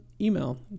email